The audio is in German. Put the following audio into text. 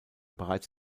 bereits